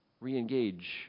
re-engage